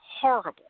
horrible